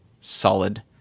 solid